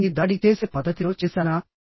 నేను దీన్ని దాడి చేసే పద్ధతిలో చేశానా